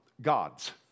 gods